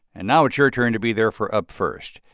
and now it's your turn to be there for up first.